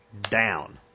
down